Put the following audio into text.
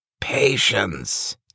patience